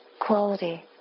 quality